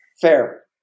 Fair